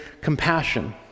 compassion